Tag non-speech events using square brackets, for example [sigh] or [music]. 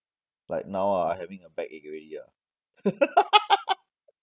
like now ah I having a backache already ah [laughs]